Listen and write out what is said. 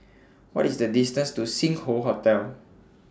What IS The distance to Sing Hoe Hotel